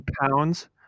pounds